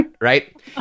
Right